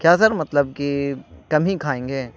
کیا سر مطلب کہ کم ہی کھائیں گے